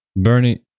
Bernie